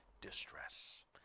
distress